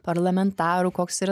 parlamentarų koks yra